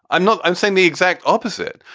i'm not i'm saying the exact opposite.